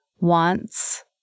wants